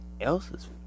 else's